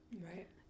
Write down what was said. Right